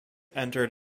entered